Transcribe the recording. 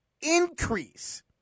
increase